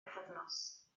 bythefnos